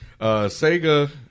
Sega